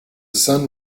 sun